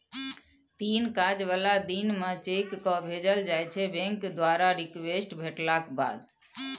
तीन काज बला दिन मे चेककेँ भेजल जाइ छै बैंक द्वारा रिक्वेस्ट भेटलाक बाद